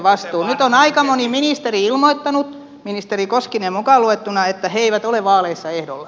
nyt on aika moni ministeri ilmoittanut ministeri koskinen mukaan luettuna että he eivät ole vaaleissa ehdolla